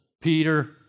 Peter